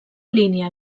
línia